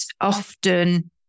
often